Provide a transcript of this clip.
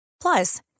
Plus